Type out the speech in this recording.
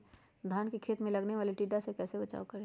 धान के खेत मे लगने वाले टिड्डा से कैसे बचाओ करें?